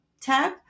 tab